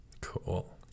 Cool